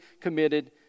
committed